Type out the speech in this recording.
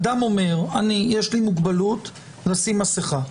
אדם אומר: יש לי מוגבלות לשים מסכה,